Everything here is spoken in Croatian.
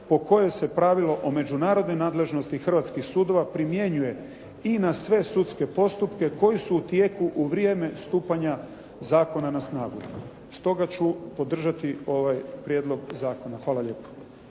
po kojoj se pravilo o međunarodnoj nadležnosti hrvatskih sudova primjenjuje i na sve sudske postupke koji su tijeku u vrijeme stupanja zakona na snagu, stoga ću podržati ovaj prijedlog zakona. Hvala lijepo.